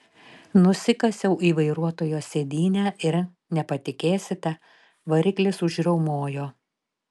nusikasiau į vairuotojo sėdynę ir nepatikėsite variklis užriaumojo